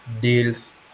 deals